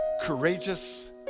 courageous